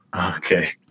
okay